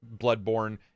Bloodborne